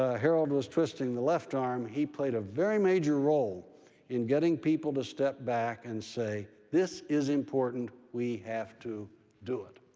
ah harold was twisting the left arm. he played a very major role in getting people to step back and say this is important. we have to do it.